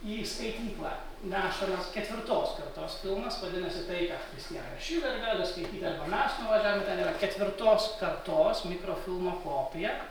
į skaityklą nešamas ketvirtos kartos filmas vadinasi tai ką christianė šiler gali skaityti arba mes nuvažiavę ten yra ketvirtos kartos mikrofilmo kopija